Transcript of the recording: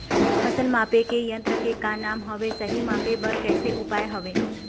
फसल मापे के यन्त्र के का नाम हवे, सही मापे बार कैसे उपाय हवे?